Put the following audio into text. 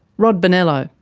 rod bonello.